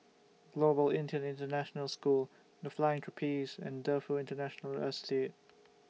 Global Indian International School The Flying Trapeze and Defu Industrial Estate